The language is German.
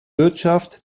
wirtschaft